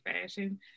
fashion